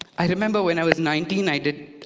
i remember when i was nineteen, i did,